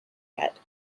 yet